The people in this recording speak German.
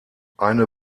eine